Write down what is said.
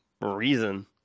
reason